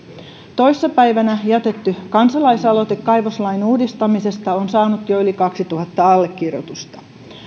toissa päivänä jätetty kansalaisaloite kaivoslain uudistamisesta on saanut jo jo yli kaksituhatta allekirjoitusta